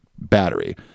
Battery